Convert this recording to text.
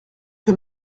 que